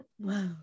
wow